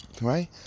right